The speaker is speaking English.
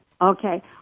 Okay